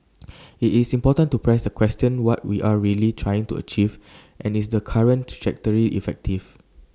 IT is important to press the question what we are really trying to achieve and is the current trajectory effective